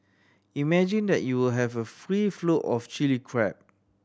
imagine that you'll have a free flow of Chilli Crab